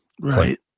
right